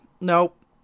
nope